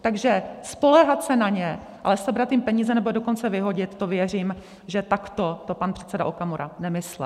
Takže spoléhat se na ně, ale sebrat jim peníze, nebo je dokonce vyhodit, to věřím, že takto to pan předseda Okamura nemyslel.